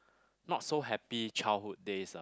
not so happy childhood days